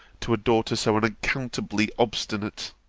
to a daughter so unaccountably obstinate.